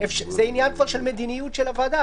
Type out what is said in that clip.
זה כבר עניין של מדיניות של הוועדה.